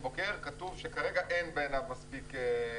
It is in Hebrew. בוקר כתוב שכרגע אין בעיניו מספיק...